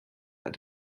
alle